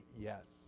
yes